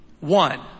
one